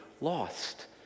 lost